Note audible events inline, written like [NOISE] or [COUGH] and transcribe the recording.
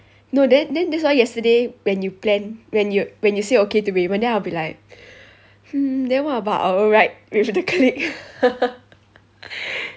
no then then that's why yesterday when you plan when you when you say okay to raymond then I will be like hmm then what about our ride with the clique [LAUGHS]